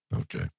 Okay